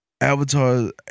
Avatar